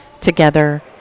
together